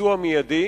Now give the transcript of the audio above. לביצוע מיידי,